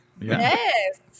Yes